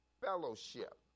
fellowship